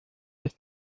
ist